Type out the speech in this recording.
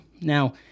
Now